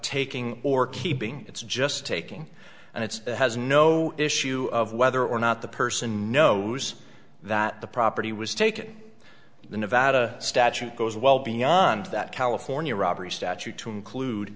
keeping it's just taking and it's has no issue of whether or not the person knows that the property was taken the nevada statute goes well beyond that california robbery statute to include